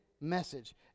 message